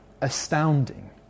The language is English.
astounding